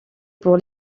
pour